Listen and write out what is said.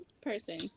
person